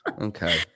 Okay